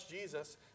Jesus